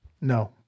No